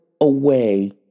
away